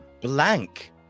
blank